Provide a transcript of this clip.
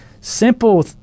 simple